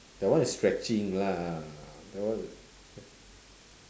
that one is stretching lah that one